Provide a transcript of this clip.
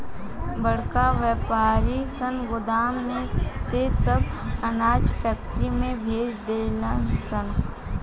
बड़का वायपारी सन गोदाम में से सब अनाज फैक्ट्री में भेजे ले सन